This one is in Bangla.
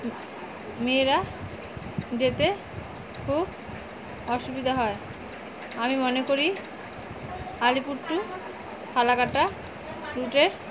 মেয়েরা যেতে খুব অসুবিধা হয় আমি মনে করি আলিপুর টু ফালাকাটা রুটের